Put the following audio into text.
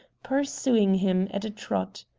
pursuing him at a trot.